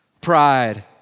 pride